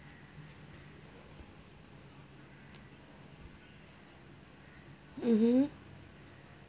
mmhmm